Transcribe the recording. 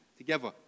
together